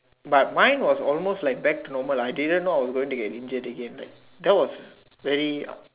but mine was almost like back to normal I didn't know I going to get injured again like that was very